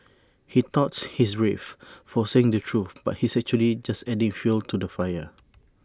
he thought he's brave for saying the truth but he's actually just adding fuel to the fire